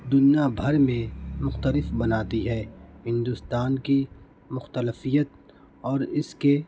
دنیا بھر میں مختلف بناتی ہے ہندوستان کی مختلفیت اور اس کے